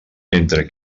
entre